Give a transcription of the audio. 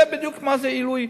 הוא יודע בדיוק מה זה עילוי.